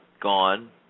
gone